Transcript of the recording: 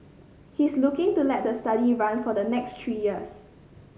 he is looking to let the study run for the next three years